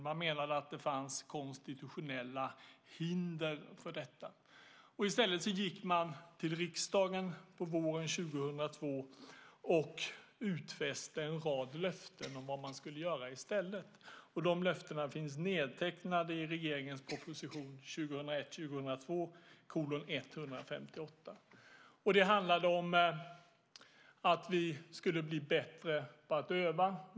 Man menade att det fanns konstitutionella hinder för detta. I stället gick man till riksdagen våren 2002 och utfäste en rad löften om vad man skulle göra i stället. De löftena finns nedtecknade i regeringens proposition 2001/02:158. Det handlade om att vi skulle bli bättre på att öva.